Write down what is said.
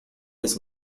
his